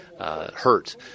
hurt